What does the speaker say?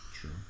True